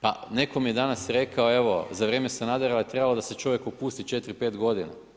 Pa netko mi je danas rekao evo, za vrijeme Sanaderova je trebalo da se čovjek opusti 4, 5 godina.